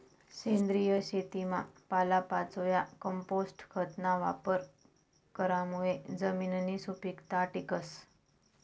सेंद्रिय शेतीमा पालापाचोया, कंपोस्ट खतना वापर करामुये जमिननी सुपीकता टिकस